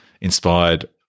inspired